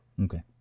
Okay